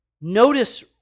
notice